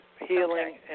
healing